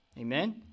Amen